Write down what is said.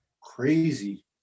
crazy